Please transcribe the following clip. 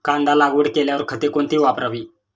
कांदा लागवड केल्यावर खते कोणती वापरावी?